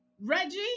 reggie